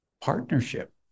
partnership